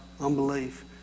unbelief